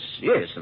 yes